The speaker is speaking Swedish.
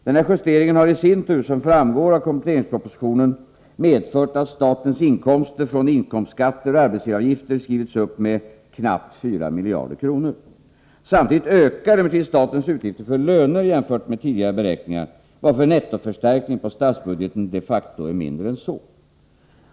Denna justering har i sin tur, som framgår av kompletteringspropositionen, medfört att statens inkomster från inkomstskatter och arbetsgivaravgifter skrivits upp med knappt 4 miljarder kronor. Samtidigt ökar emellertid statens utgifter för löner jämfört med tidigare beräkningar, varför nettoförstärkningen på statsbudgeten de facto är mindre än så.